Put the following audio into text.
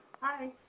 Hi